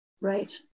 Right